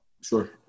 Sure